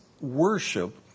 worship